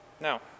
Now